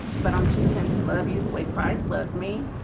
but i'm choosing to love you. the way christ loves me.